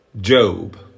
Job